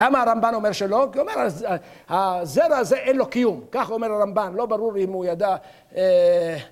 למה הרמב"ן אומר שלא? כי אומר הזרע הזה אין לו קיום, כך אומר הרמב"ן, לא ברור לי אם הוא ידע...